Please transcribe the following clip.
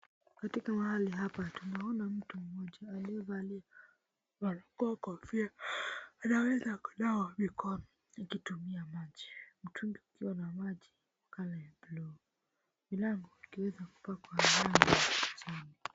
Katika mahali hapa tunaona mtu mmoja aliyevaa kofia anaweza kunawa mikono akitumia maji. Mtungi ukiwa na maji ya blue . Milango ikiweza kupakwa rangi ya chini.